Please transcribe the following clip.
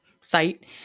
site